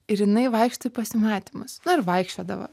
ir jinai vaikšto į pasimatymus nu ir vaikščiodavo